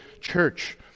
church